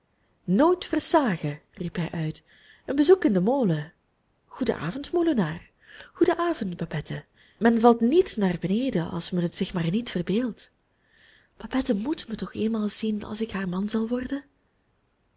nooit versagen riep hij uit een bezoek in den molen goeden avond molenaar goeden avond babette men valt niet naar beneden als men het zich maar niet verbeeldt babette moet mij toch eenmaal zien als ik haar man zal worden